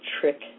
trick